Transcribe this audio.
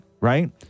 right